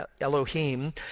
Elohim